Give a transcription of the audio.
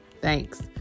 thanks